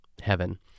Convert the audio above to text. heaven